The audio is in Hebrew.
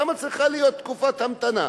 למה צריכה להיות תקופת המתנה?